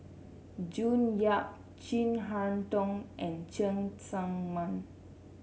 June Yap Chin Harn Tong and Cheng Tsang Man